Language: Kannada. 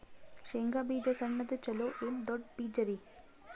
ಶೇಂಗಾ ಬೀಜ ಸಣ್ಣದು ಚಲೋ ಏನ್ ದೊಡ್ಡ ಬೀಜರಿ?